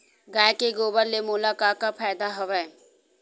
गाय के गोबर ले मोला का का फ़ायदा हवय?